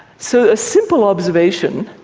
so a simple observation,